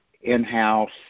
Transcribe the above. in-house